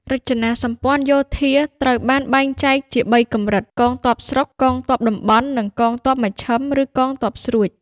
រចនាសម្ព័ន្ធយោធាត្រូវបានបែងចែកជា ៣ កម្រិត៖ កងទ័ពស្រុក, កងទ័ពតំបន់ និងកងទ័ពមជ្ឈិម (ឬ កងទ័ពស្រួច)។